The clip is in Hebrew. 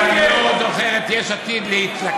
אבל אני לא זוכר את יש עתיד מתלכדת,